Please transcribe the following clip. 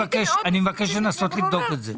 אני מבקש לנסות לבדוק את זה.